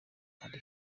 ari